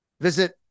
Visit